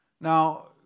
Now